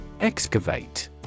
Excavate